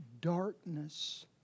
darkness